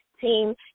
Team